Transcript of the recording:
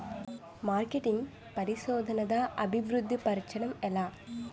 marketing పరిశోధనదా అభివృద్ధి పరచడం ఎలా